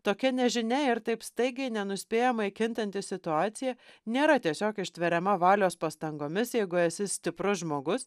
tokia nežinia ir taip staigiai nenuspėjamai kintanti situacija nėra tiesiog ištveriama valios pastangomis jeigu esi stiprus žmogus